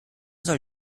soll